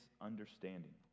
understanding